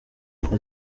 kuko